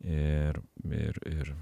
ir ir ir